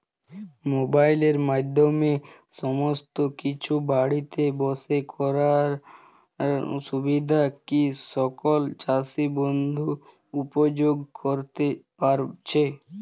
মোবাইলের মাধ্যমে সমস্ত কিছু বাড়িতে বসে করার সুবিধা কি সকল চাষী বন্ধু উপভোগ করতে পারছে?